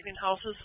houses